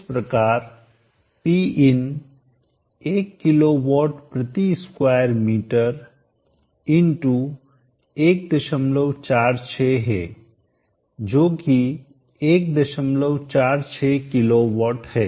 इस प्रकार Pin 1 kilowatt प्रति स्क्वायर मीटर इन टू 146 है जोकि 146 KW है